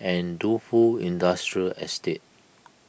and Defu Industrial Estate